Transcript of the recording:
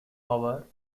power